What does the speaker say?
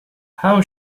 how